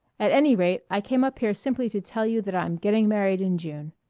at any rate i came up here simply to tell you that i'm getting married in june.